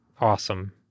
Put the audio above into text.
awesome